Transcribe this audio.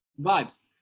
Vibes